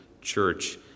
church